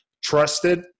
trusted